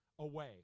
away